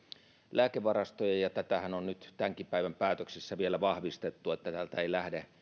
lääkevarastoja ja ja tätähän on nyt tämänkin päivän päätöksissä vielä vahvistettu että täältä ei lähde